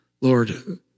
Lord